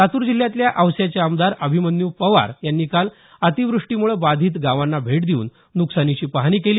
लातूर जिल्ह्यातल्या औस्याचे आमदार अभिमन्यू पवार यांनी काल अतिवृष्टीमुळे बाधित गावांना भेट देऊन नुकसानीची पाहणी केली